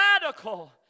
radical